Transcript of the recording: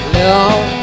love